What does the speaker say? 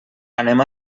anem